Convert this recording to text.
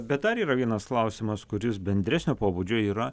bet ar yra vienas klausimas kuris bendresnio pobūdžio yra